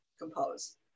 compose